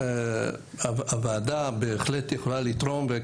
שהוועדה בהחלט יכולה לתרום.